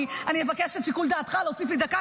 אני אבקש את שיקול דעתך להוסיף לי דקה,